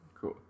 Cool